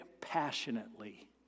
passionately